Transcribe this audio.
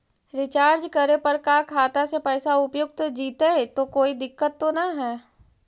Recharge करे पर का खाता से पैसा उपयुक्त जितै तो कोई दिक्कत तो ना है?